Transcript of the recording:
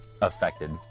affected